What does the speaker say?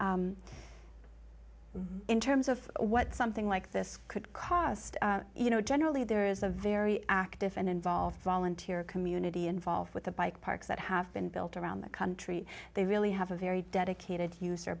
so in terms of what something like this could cost you know generally there is a very active and involved volunteer community involved with the bike parks that have been built around the country they really have a very dedicated use